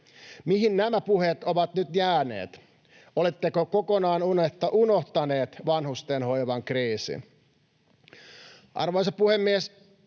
Mihin nämä puheet ovat nyt jääneet? Oletteko kokonaan unohtaneet vanhustenhoivan kriisin? Arvoisa puhemies!